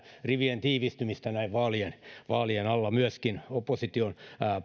rivien tiivistymistä näin vaalien vaalien alla myöskin opposition